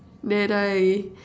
that I